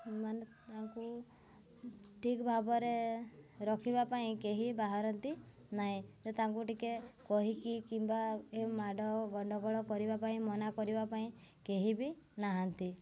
ମାନେ ତାଙ୍କୁ ଠିକ୍ ଭାବରେ ରଖିବା ପାଇଁ କେହି ବାହାରନ୍ତି ନାହିଁ ଯେ ତାଙ୍କୁ ଟିକେ କହିକି କିମ୍ବା ଏ ମାଡ଼ ଗଣ୍ଡଗୋଳ କରିବା ପାଇଁ ମନା କରିବା ପାଇଁ କେହି ବି ନାହାନ୍ତି